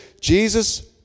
Jesus